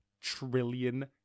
trillion